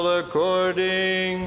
according